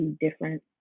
different